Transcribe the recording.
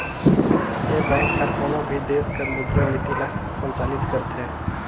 ए bank हर कोनो भी देस कर मुद्रा नीति ल संचालित करथे